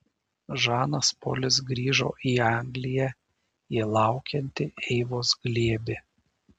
žanas polis grįžo į angliją į laukiantį eivos glėbį